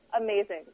amazing